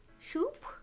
shoop